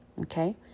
Okay